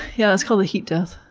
yeah, it's called the heat death.